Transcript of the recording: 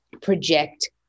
project